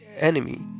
enemy